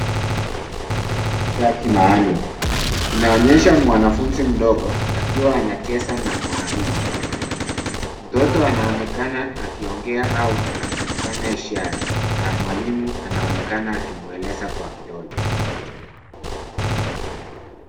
Masomo ya mahitaji maalum, inaonyesha mwanafunzi mdogo akiwa anacheza na mwalimu. Mtoto anaonekana akiongea au akifanya ishara na mwalimu anaonekana akimweleza kwa kidole.